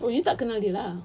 oh you tak kenal dia lah